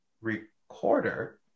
recorder